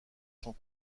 sans